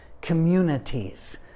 communities